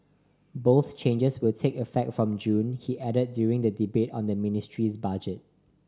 both changes will take effect from June he added during the debate on the ministry's budget